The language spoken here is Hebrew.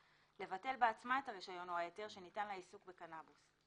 לבטל בעצמה את הרישיון או ההיתר שניתן לעיסוק בקנאבוס.